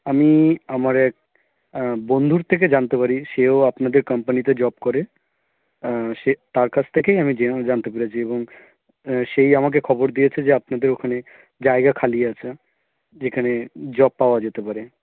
আমি আমার এক বন্ধুর থেকে জানতে পারি সেও আপনাদের কোম্পানিতে জব করে সে তার কাছ থেকেই আমি জানতে পেরেছি এবং সেই আমাকে খবর দিয়েছে যে আপনাদের ওখানে জায়গা খালি আছে যেখানে জব পাওয়া যেতে পারে